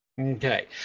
Okay